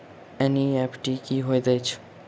NEFT की होइत अछि?